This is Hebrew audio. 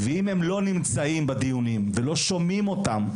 ואם הם לא נמצאים בדיונים ולא שומעים אותם,